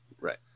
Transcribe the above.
Right